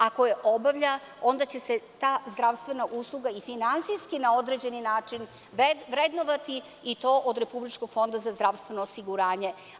Ako je obavlja, onda će se ta zdravstvena usluga i finansijski na određeni način vrednovati i to od Republičkog fonda za zdravstveno osiguranje.